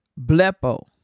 blepo